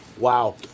Wow